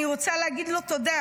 אני רוצה להגיד לו תודה